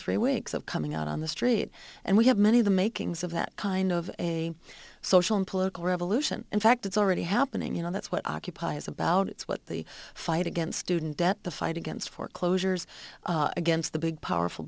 three weeks of coming out on the street and we have many of the makings of that kind of a social and political revolution in fact it's already happening you know that's what occupies about it's what the fight against didn't debt the fight against foreclosures against the big powerful